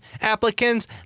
applicants